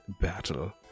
battle